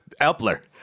Epler